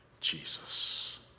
jesus